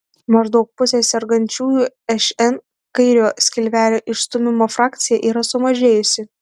maždaug pusės sergančiųjų šn kairiojo skilvelio išstūmimo frakcija yra sumažėjusi